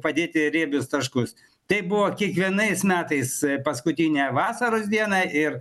padėti riebius taškus tai buvo kiekvienais metais paskutinę vasaros dieną ir